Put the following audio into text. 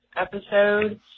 episode